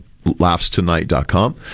laughstonight.com